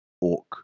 Orc